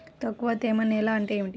తక్కువ తేమ నేల అంటే ఏమిటి?